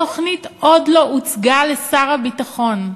התוכנית עוד לא הוצגה לשר הביטחון.